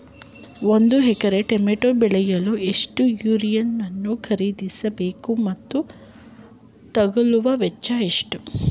ಒಂದು ಎಕರೆ ಟಮೋಟ ಬೆಳೆಯಲು ಎಷ್ಟು ಯೂರಿಯಾವನ್ನು ಖರೀದಿಸ ಬೇಕು ಮತ್ತು ತಗಲುವ ವೆಚ್ಚ ಎಷ್ಟು?